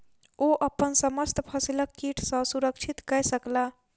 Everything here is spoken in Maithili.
ओ अपन समस्त फसिलक कीट सॅ सुरक्षित कय सकला